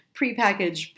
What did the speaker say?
prepackaged